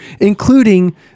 including